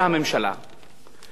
מה בסך הכול ביקש ערוץ-10?